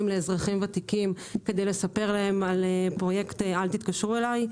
לאזרחים ותיקים כדי לספר להם על פרויקט "אל תתקשרו אליי".